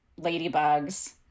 Ladybugs